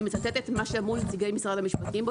ואני מצטטת ממה שאמרו נציגי משרד המשפטים: